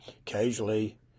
occasionally